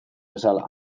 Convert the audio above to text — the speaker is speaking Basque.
bezala